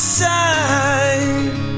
side